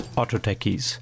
Autotechies